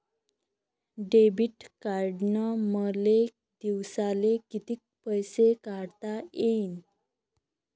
Debit कार्डनं मले दिवसाले कितीक पैसे काढता येईन?